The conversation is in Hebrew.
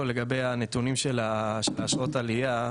לגבי הנתונים של אשרות העלייה,